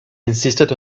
insisted